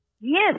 yes